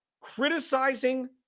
criticizing